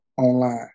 online